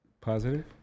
Positive